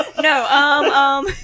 No